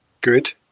good